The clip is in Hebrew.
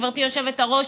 גברתי היושבת-ראש,